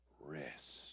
rest